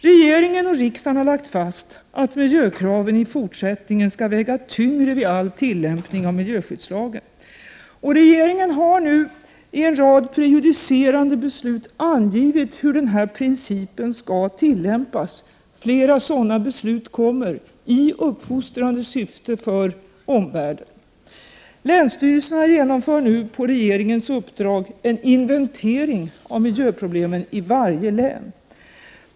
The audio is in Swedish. Regeringen och riksdagen har lagt fast att miljökraven i fortsättningen skall väga tyngre vid all tillämpning av miljöskyddslagen. Regeringen har nu i en rad prejudicerande beslut angivit hur denna princip skall tillämpas. Flera sådana beslut kommer, i uppfostrande syfte för omvärlden. Länsstyrelserna genomför nu, på regeringens uppdrag, en inventering av miljöproblemen i varje län.